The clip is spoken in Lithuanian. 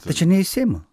tai čia ne iš seimo